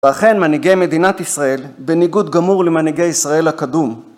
ואכן מנהיגי מדינת ישראל, בניגוד גמור למנהיגי ישראל הקדום.